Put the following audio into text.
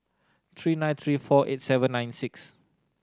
three nine three four eight seven nine six